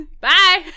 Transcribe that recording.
Bye